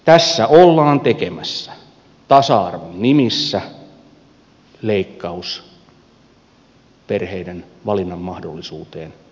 tässä ollaan tekemässä tasa arvon nimissä leikkaus perheiden valinnan mahdollisuuteen päivähoidossa